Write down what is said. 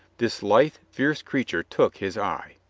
this lithe, fierce creature took his eye.